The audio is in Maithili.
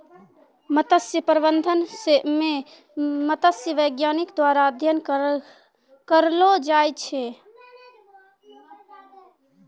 मत्स्य प्रबंधन मे मत्स्य बैज्ञानिक द्वारा अध्ययन करलो जाय छै